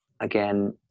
again